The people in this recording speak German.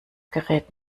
gerät